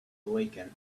awaken